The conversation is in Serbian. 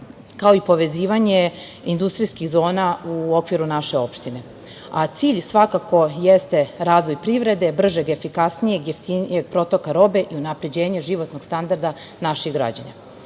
kao i povezivanje industrijskih zona u okviru naše opštine. Cilj svakako jeste razvoj privrede, bržeg, efikasnijeg, jeftinijeg protoka robe i unapređenje životnog standarda naših građana. Prema